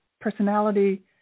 personality